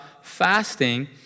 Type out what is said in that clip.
fasting